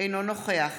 אינו נוכח